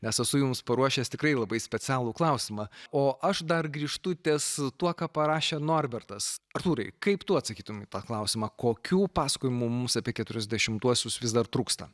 nes esu jums paruošęs tikrai labai specialų klausimą o aš dar grįžtu ties tuo ką parašė norbertas artūrai kaip tu atsakytum į tą klausimą kokių pasakojimų mums apie keturiasdešimtuosius vis dar trūksta